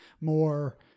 more